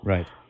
Right